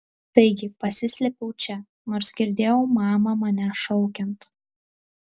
taigi pasislėpiau čia nors girdėjau mamą mane šaukiant